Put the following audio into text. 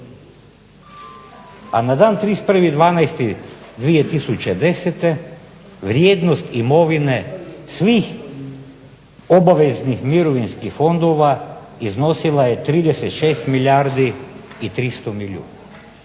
A na dan 31.12.2010. vrijednost imovine svih obaveznih mirovinskih fondova iznosila je 36 milijardi i 300 milijuna.